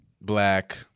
Black